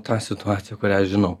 tą situaciją kurią aš žinau